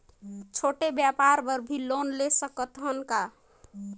छोटे व्यापार बर भी लोन ले सकत हन का?